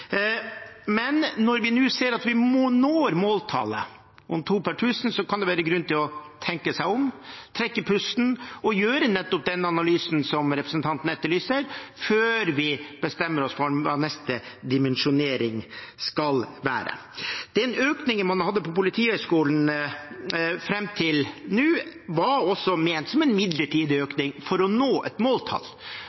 men når vi nå ser at vi når måltallet om to per 1 000, kan det være grunn til å tenke seg om, trekke pusten og gjøre nettopp den analysen som representanten etterlyser, før vi bestemmer oss for hva neste dimensjonering skal være. Den økningen man hadde på Politihøgskolen fram til nå, var også ment som en midlertidig